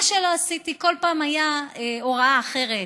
מה שלא עשיתי, כל פעם הייתה הוראה אחרת.